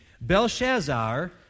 Belshazzar